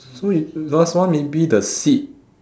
so if last one maybe the seat